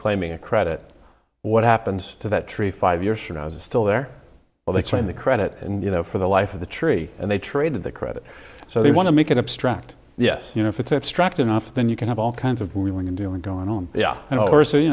claiming a credit what happens to that tree five years from now is still there they claim the credit and you know for the life of the tree and they traded the credit so they want to make it abstract yes you know if it's abstract enough then you can have all kinds of wheeling and dealing going on yeah you know or so you